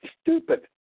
stupid